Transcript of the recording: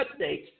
updates